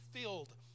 filled